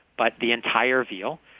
but the entire veal.